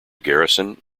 garrison